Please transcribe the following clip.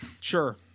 Sure